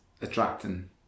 attracting